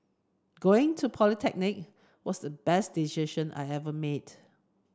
going to polytechnic was the best decision I've ever made